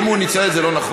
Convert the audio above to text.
אם הוא ניצל את זה לא נכון,